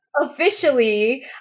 officially